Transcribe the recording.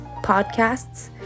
podcasts